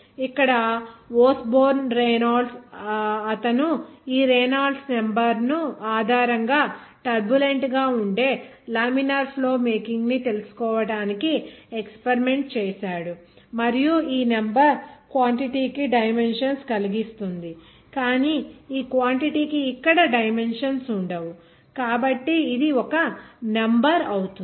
ఇక్కడ Osborne Reynolds అతను ఈ రేనాల్డ్స్ నెంబర్ ఆధారంగా టర్బులెంట్ గా ఉండే లామినార్ ఫ్లో మేకింగ్ ని తెలుసుకోవడానికి ఎక్స్పరిమెంట్ చేసాడు మరియు ఈ నెంబర్ క్వాంటిటీ కి డైమెన్షన్స్ కలిగిస్తుంది కానీ ఈ క్వాంటిటీ కి ఇక్కడ డైమెన్షన్స్ ఉండవు కాబట్టి ఇది ఒక నెంబర్ అవుతుంది